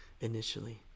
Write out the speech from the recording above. initially